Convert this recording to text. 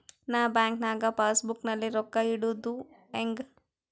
ನಾ ಬ್ಯಾಂಕ್ ನಾಗ passbook ನಲ್ಲಿ ರೊಕ್ಕ ಇಡುದು ಹ್ಯಾಂಗ್?